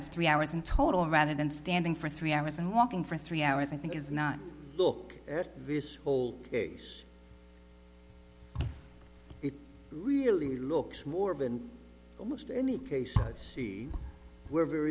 was three hours in total rather than standing for three hours and walking for three hours i think is not look at this whole case it really looks more of an almost any case see where